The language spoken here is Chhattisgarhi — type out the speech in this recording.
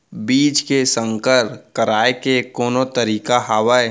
बीज के संकर कराय के कोनो तरीका हावय?